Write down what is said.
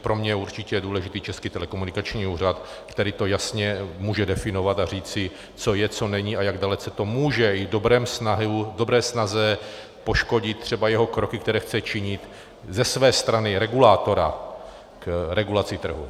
Pro mě je určitě důležitý Český telekomunikační úřad, který to jasně může definovat a říci, co je, co není a jak dalece to může, i při dobré snaze, poškodit třeba jeho kroky, které chce činit ze své strany regulátora k regulaci trhu.